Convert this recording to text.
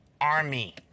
army